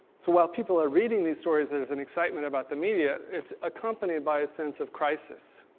so while people are reading these stories, there's an excitement about the media, it's accompanied by a sense of crisis.